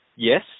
Yes